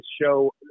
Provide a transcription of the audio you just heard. show